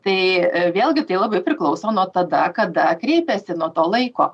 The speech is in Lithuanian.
tai vėlgi tai labai priklauso nuo tada kada kreipiasi nuo to laiko